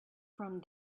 from